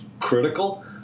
critical